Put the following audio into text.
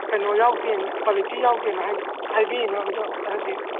ꯀꯩꯅꯣ ꯌꯥꯎꯗꯦꯅ ꯀ꯭ꯋꯥꯂꯤꯇꯤ ꯌꯥꯎꯗꯦꯅ ꯍꯥꯏꯕꯤꯔꯤꯅꯣ ꯑꯃꯇ ꯑꯃꯇ ꯍꯥꯏꯕꯤꯌꯨ